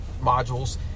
modules